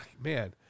Man